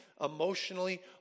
emotionally